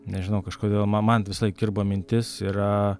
nežinau kažkodėl ma man visąlaik kirba mintis yra